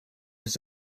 his